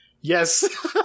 Yes